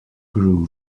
grew